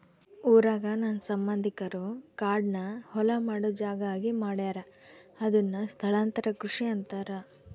ಊರಾಗ ನನ್ನ ಸಂಬಂಧಿಕರು ಕಾಡ್ನ ಹೊಲ ಮಾಡೊ ಜಾಗ ಆಗಿ ಮಾಡ್ಯಾರ ಅದುನ್ನ ಸ್ಥಳಾಂತರ ಕೃಷಿ ಅಂತಾರ